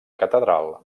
catedral